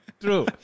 True